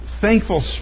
thankful